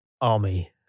Army